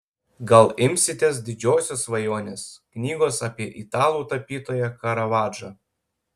gal imsitės didžiosios svajonės knygos apie italų tapytoją karavadžą